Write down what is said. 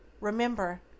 Remember